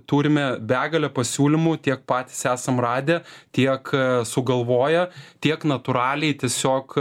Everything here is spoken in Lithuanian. turime begalę pasiūlymų tiek patys esam radę tiek sugalvoja tiek natūraliai tiesiog